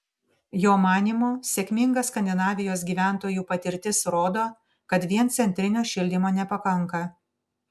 jo manymu sėkminga skandinavijos gyventojų patirtis rodo kad vien centrinio šildymo nepakanka